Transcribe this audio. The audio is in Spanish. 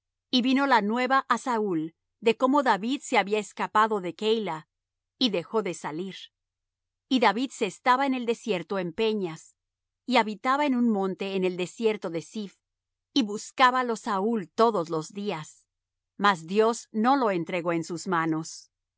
y vino la nueva á saúl de como david se había escapado de keila y dejó de salir y david se estaba en el desierto en peñas y habitaba en un monte en el desieto de ziph y buscábalo saúl todos los días mas dios no lo entregó en sus manos